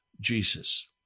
Jesus